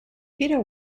peter